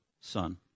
son